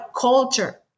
culture